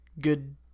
good